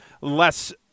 less